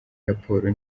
raporo